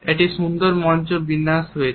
একটি সুন্দর মঞ্চ বিন্যাস রয়েছে